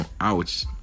Ouch